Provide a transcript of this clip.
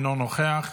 אינו נוכח,